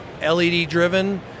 LED-driven